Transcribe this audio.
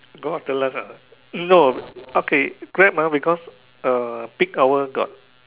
go after lunch ah no okay Grab mah because uh peak hour got